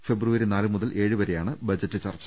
ഫെബ്രുവരി നാല് മുതൽ ഏഴുവരെയാണ് ബജറ്റ് ചർച്ച